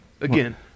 Again